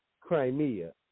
Crimea